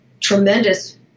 tremendous